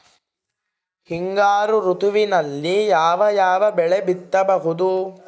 ಹಿಂಗಾರು ಋತುವಿನಲ್ಲಿ ಯಾವ ಯಾವ ಬೆಳೆ ಬಿತ್ತಬಹುದು?